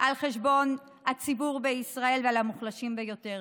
על חשבון הציבור בישראל ועל המוחלשים ביותר.